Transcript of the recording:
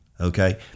okay